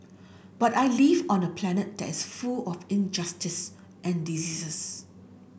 but I live on a planet that's full of injustice and diseases